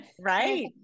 right